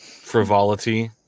frivolity